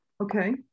Okay